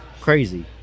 crazy